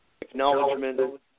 acknowledgement